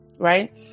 right